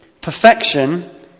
Perfection